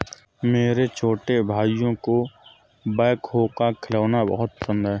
मेरे छोटे भाइयों को बैकहो का खिलौना बहुत पसंद है